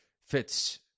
fits